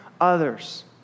others